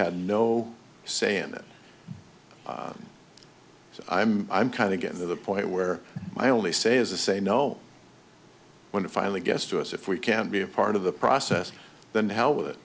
had no say in it so i'm i'm kind of getting to the point where i only say as a say no when it finally gets to us if we can be a part of the process then hell with it